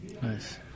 Nice